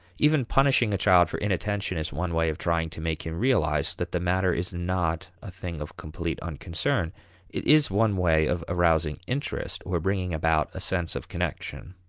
even punishing a child for inattention is one way of trying to make him realize that the matter is not a thing of complete unconcern it is one way of arousing interest, or bringing about a sense of connection.